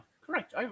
correct